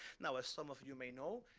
now, as some of you may know,